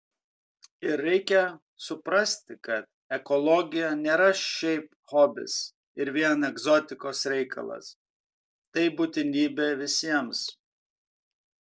ir reikia suprasti kad ekologija nėra šiaip hobis ir vien egzotikos reikalas tai būtinybė visiems